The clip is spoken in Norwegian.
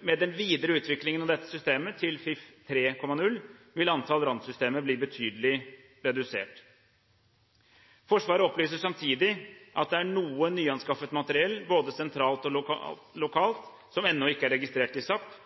Med den videre utviklingen av dette systemet – til FIF 3.0 – vil antall randsystemer bli betydelig redusert. Forsvaret opplyser samtidig at det er noe nyanskaffet materiell, både sentralt og lokalt, som ennå ikke er registrert i